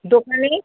দোকানে